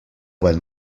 when